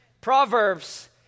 Proverbs